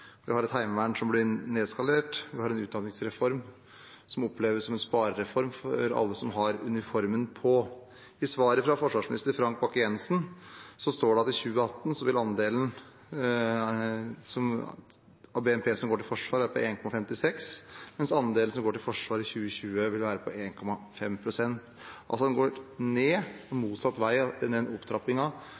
alle som har uniformen på. I svaret fra forsvarsminister Frank Bakke-Jensen står det at i 2018 vil andelen av BNP som går til forsvarsformål, være på 1,56 pst., mens andelen som går til forsvarsformål i 2020, vil være på 1,5 pst. Den går altså ned – motsatt vei av den